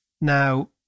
Now